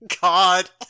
God